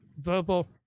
verbal